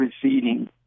proceeding